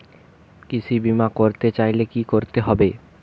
কৃষি বিমা করতে চাইলে কি করতে হবে?